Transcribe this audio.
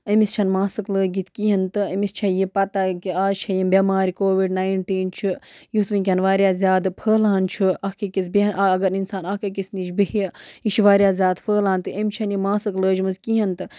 أمِس چھَنہٕ ماسٕک لٲگِتھ کِہیٖنۍ تہٕ أمِس چھےٚ یہِ پَتہ کہِ آز چھےٚ یِم بٮ۪مارِ کووِڈ ناینٹیٖن چھُ یُس وٕنکٮ۪ن وارِیاہ زیادٕ پھٔہلان چھُ اَکھ أکِس بیٚہن اگر اِنسان اَکھ أکِس نِش بِہیہِ یہِ چھِ وارِیاہ زیادٕ پھٔہلان تہٕ أمِس چھَنہٕ یہِ ماسٕک لٲجمٕژ کِہیٖنۍ تہٕ